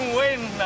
win